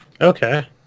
Okay